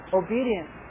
obedience